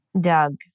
Doug